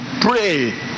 pray